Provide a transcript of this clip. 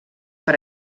per